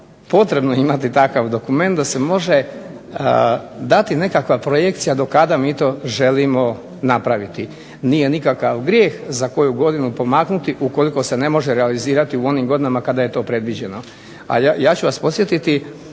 potrebno je imati takav dokument da se može dati nekakva projekcija do kada mi to želimo napraviti. Nije nikakav grijeh za koju godinu pomaknuti, ukoliko se ne može realizirati u onim godinama kada je to predviđeno,